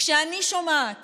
כשאני שומעת